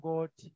God